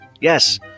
yes